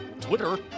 Twitter